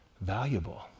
valuable